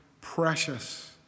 precious